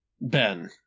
Ben